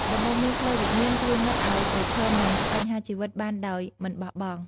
ដំបូន្មានផ្លូវវិញ្ញាណជួយមិត្តឲ្យប្រឈមនឹងបញ្ហាជីវិតបានដោយមិនបោះបង់។